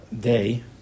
day